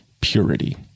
purity